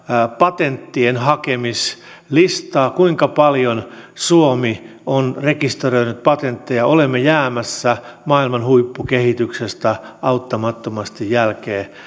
patenttien hakemislistaa kuinka paljon suomi on rekisteröinyt patentteja olemme jäämässä maailman huippukehityksestä auttamattomasti jälkeen